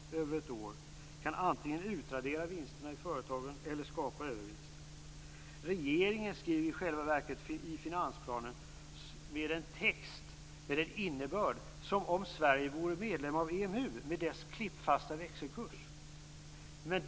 Regeringen skriver i finansplanen en text med en innebörd som om Sverige vore medlem av EMU med dess klippfasta växelkurs.